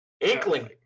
Inkling